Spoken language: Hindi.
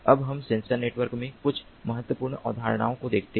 अब हम सेंसर नेटवर्क में कुछ महत्वपूर्ण अवधारणाओं को देखते हैं